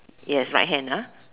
yes right hand ah